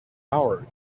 hour